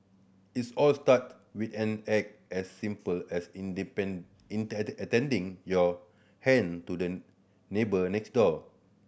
its all start with an act as simple as your hand to the neighbour next door